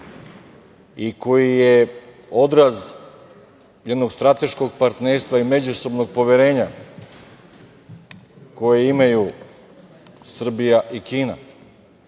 i koji je odraz jednog strateškog partnerstva i međusobnog poverenja koje imaju Srbija i